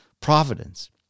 providence